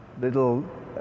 little